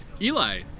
Eli